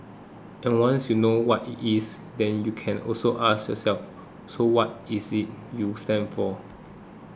and once you know what it is then you can also ask yourself so what is it you stand for